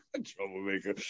troublemaker